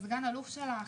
הסגן אלוף שלך,